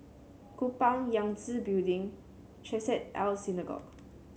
Kupang Yangtze Building Chesed El Synagogue